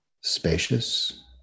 spacious